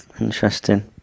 Interesting